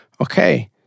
Okay